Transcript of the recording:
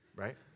Right